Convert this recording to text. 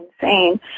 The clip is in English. insane